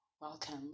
Welcome